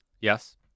Yes